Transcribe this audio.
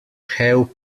haw